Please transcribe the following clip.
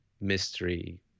mystery